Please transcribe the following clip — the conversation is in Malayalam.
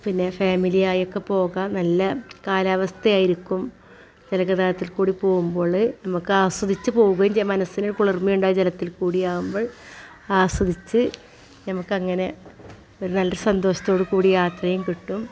പിന്നെ ഫാമിലി ആയൊക്കെ പോകാം നല്ല കാലാവസ്ഥ ആയിരിക്കും ജല ഗതാഗതത്തിൽക്കൂടി പോകുമ്പൊൾ നമുക്ക് ആസ്വദിച്ച് പോവുകയും ചെയ്യാം മനസ്സിന് കുളിർമ്മയുണ്ടാകും ജലത്തിൽക്കൂടിയാകുമ്പോൾ ആസ്വദിച്ച് നമുക്കങ്ങനെ ഒരു നല്ല സന്തോഷത്തോടുകൂടി യാത്രയും കിട്ടും